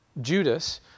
Judas